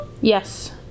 Yes